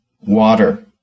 water